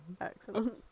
excellent